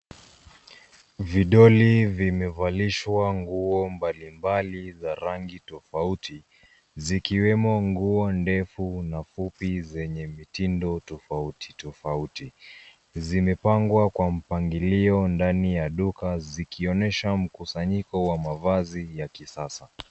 Vidoli vimevalishwa nguo mbalimbali za rangi tofauti, zikiwemo nguo ndefu na fupi zenye mitindo tofauti tofauti. Zimepangwa kwa mpangilio ndani ya duka zikionyesha mkusanyiko wa mavazi ya kisasa.